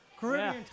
Caribbean